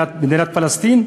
מדינת פלסטין,